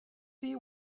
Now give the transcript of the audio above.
see